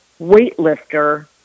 weightlifter